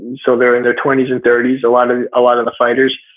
so they're in their twenty s and thirty s. a lot of lot of the fighters,